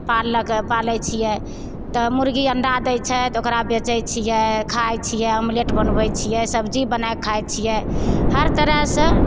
पाललकै पालय छियै तऽ मुर्गी अण्डा दै छै तऽ ओकरा बेचय छियै खाइ छियै अमलेट बनबय छियै सब्जी बना कऽ खाइ छियै हर तरहसँ